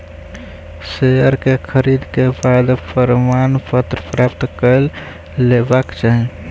share के खरीद के बाद प्रमाणपत्र प्राप्त कय लेबाक चाही